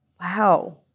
Wow